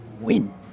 win